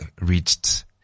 reached